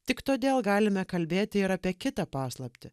tik todėl galime kalbėti ir apie kitą paslaptį